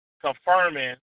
confirming